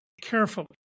carefully